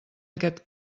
aquest